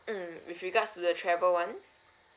mm with regards to the travel one